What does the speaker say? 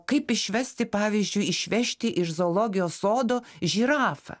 kaip išvesti pavyzdžiui išvežti iš zoologijos sodo žirafą